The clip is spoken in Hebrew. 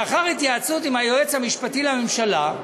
לאחר התייעצות עם היועץ המשפטי לממשלה,